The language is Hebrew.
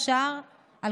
שקר מוחלט.